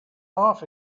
off